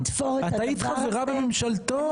את היית חברה בממשלתו.